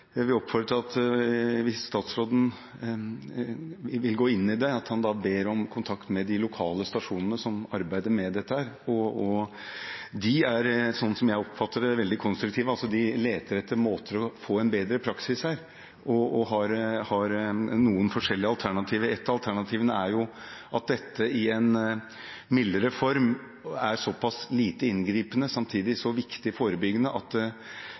vil oppfordre til at hvis statsråden vil gå inn i det, ber han om kontakt med de lokale stasjonene som arbeider med dette. De er, slik jeg oppfatter det, veldig konstruktive. De leter etter måter å få en bedre praksis på og har noen forskjellige alternativer. Et av alternativene er at dette i en mildere form er såpass lite inngripende, samtidig så viktig forebyggende, at det